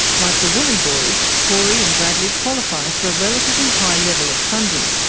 like the woolley boys, corey and bradley qualify for a relatively high level of funding,